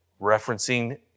Referencing